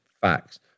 Facts